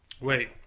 Wait